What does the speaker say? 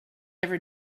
ever